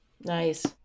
Nice